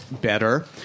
better